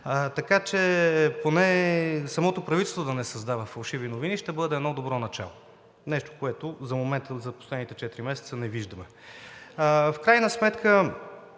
темата. Поне самото правителство да не създава фалшиви новини ще бъде едно добро начало. Нещо, което за момента, за последните четири месеца не виждаме. В крайна сметка